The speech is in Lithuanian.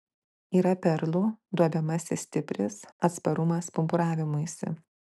yra perlų duobiamasis stipris atsparumas pumpuravimuisi